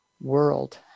world